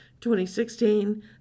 2016